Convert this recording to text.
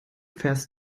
fährst